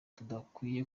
tudakwiye